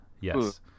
yes